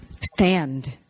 stand